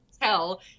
tell